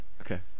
okay